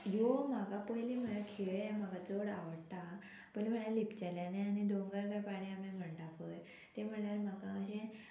ह्यो म्हाका पयलीं म्हळ्यार खेळ हें म्हाका चड आवडटा पयलीं म्हळ्यार लिपचेल्या आनी दोंगर काय पाणी आमी म्हणटा पय तें म्हळ्यार म्हाका अशें